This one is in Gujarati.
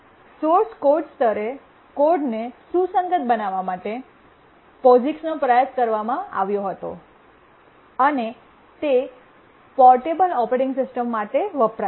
સોર્સ કોડ સ્તરે કોડને સુસંગત બનાવવા માટે પોસિક્સનો પ્રયાસ કરવામાં આવ્યો હતો અને તે પોર્ટેબલ ઓપરેટિંગ સિસ્ટમ માટે વપરાય છે